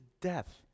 death